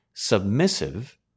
Submissive